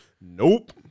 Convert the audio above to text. Nope